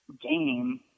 game